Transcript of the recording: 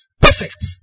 Perfect